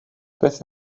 beth